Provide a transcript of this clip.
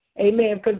Amen